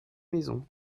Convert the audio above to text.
maison